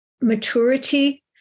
maturity